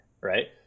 right